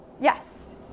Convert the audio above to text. Yes